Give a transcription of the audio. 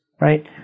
right